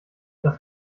das